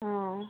ও